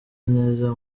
neza